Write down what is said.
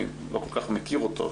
אני לא כל כך מכיר אותו,